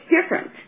different